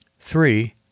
three